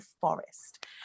Forest